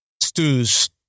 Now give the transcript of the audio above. stews